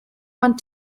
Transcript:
want